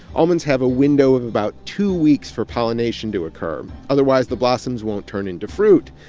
almonds have a window of about two weeks for pollination to occur. otherwise, the blossoms won't turn into fruit.